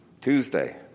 Tuesday